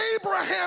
Abraham